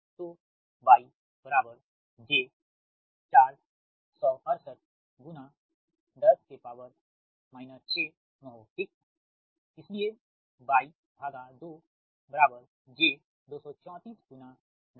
तो Y j 4 68 10 6 mho ठीकसही इसलिए Y2j 23410 6 mho